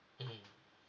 mmhmm